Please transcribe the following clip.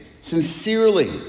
sincerely